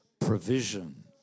provision